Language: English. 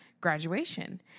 graduation